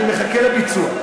אני מחכה לביצוע.